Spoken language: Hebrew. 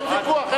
אין ויכוח.